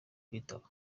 kwitaba